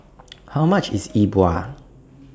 How much IS Yi Bua